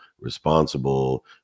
responsible